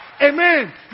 Amen